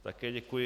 Také děkuji.